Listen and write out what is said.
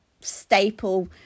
staple